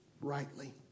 rightly